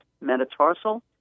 metatarsal